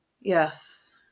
Yes